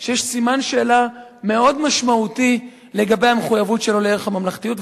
שיש סימן שאלה מאוד משמעותי לגבי המחויבות שלו לערך הממלכתיות,